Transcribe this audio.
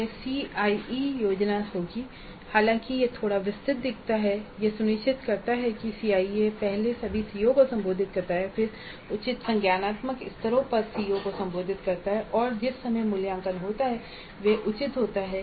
यह सीआईई योजना होगी हालांकि यह थोड़ा विस्तृत दिखता है यह सुनिश्चित करता है कि सीआईई पहले सभी सीओ को संबोधित करता है और फिर उचित संज्ञानात्मक स्तरों पर सीओ को संबोधित करता है और जिस समय मूल्यांकन होता है वह उचित होता है